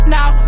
Now